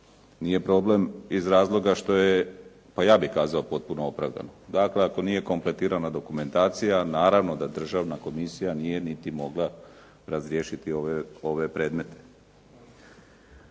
nije problem iz razloga što je, pa ja bih kazao potpuno opravdano, dakle ako nije kompletirana dokumentacija naravno da državna komisija nije niti mogla razriješiti ove predmete.